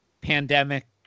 pandemic